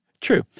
True